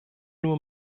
nur